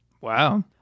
Wow